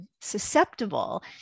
Susceptible